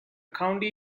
county